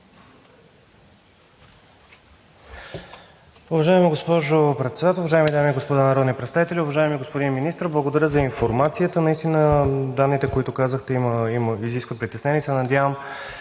Уважаема госпожо Председател, уважаеми дами и господа народни представители, уважаеми господин Министър! Благодаря за информацията. Наистина данните, които казахте, изискват притеснение